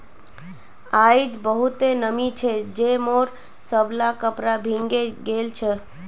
आइज बहुते नमी छै जे मोर सबला कपड़ा भींगे गेल छ